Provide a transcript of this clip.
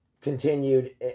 continued